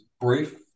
brief